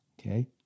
Okay